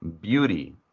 beauty